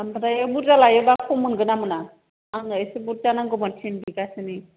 ओमफ्राय बुरजा लायोबा खम मोनगोन ना मोना आंनो एसे बुरजा नांगौमोन थिन बिघासोनि